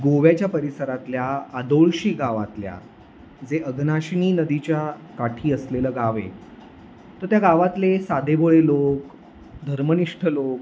गोव्याच्या परिसरातल्या आदोळशी गावातल्या जे अघनाशिनी नदीच्या काठी असलेलं गाव आहे तर त्या गावातले साधेभोळे लोक धर्मनिष्ठ लोक